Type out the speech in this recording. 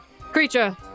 creature